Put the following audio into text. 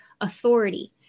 authority